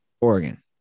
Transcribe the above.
Oregon